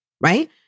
Right